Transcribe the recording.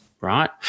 right